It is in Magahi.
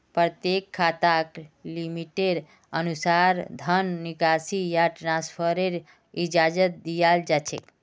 प्रत्येक खाताक लिमिटेर अनुसा र धन निकासी या ट्रान्स्फरेर इजाजत दीयाल जा छेक